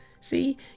See